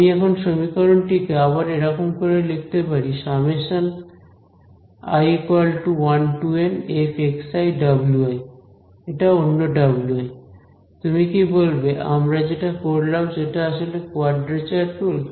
আমি এখন সমীকরণটি কে আবার এরকম করে লিখতে পারি f wi এটা অন্য wi তুমি কি বলবে আমরা যেটা করলাম সেটা আসলে কোয়াড্রেচার রুল